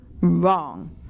wrong